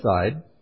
side